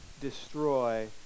destroy